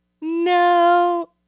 no